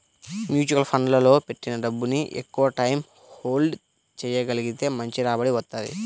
mutual ఫండ్లలో పెట్టిన డబ్బుని ఎక్కువటైయ్యం హోల్డ్ చెయ్యగలిగితే మంచి రాబడి వత్తది